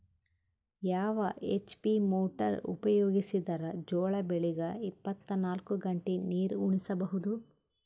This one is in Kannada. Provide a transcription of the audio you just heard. ಯಾವ ಎಚ್.ಪಿ ಮೊಟಾರ್ ಉಪಯೋಗಿಸಿದರ ಜೋಳ ಬೆಳಿಗ ಇಪ್ಪತ ನಾಲ್ಕು ಗಂಟೆ ನೀರಿ ಉಣಿಸ ಬಹುದು?